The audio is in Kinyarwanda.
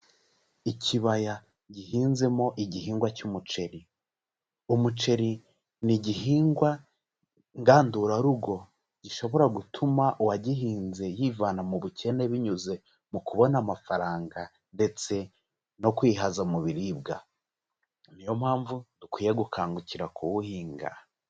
Ikibaya gihinzemo igihingwa cy'umuceri. Umuceri ni igihingwa ngandurarugo gishobora gutuma uwagihinze yivana mu bukene, binyuze mu kubona amafaranga ndetse no kwihaza mu biribwa. Ni yo mpamvu dukwiye gukangukira kuwuhinga.